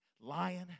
Lying